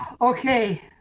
Okay